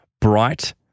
bright